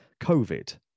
COVID